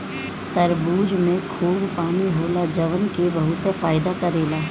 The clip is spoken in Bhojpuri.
तरबूजा में खूब पानी होला जवन की बहुते फायदा करेला